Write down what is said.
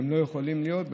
הם לא יכולים להיות.